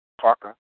Parker